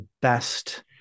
best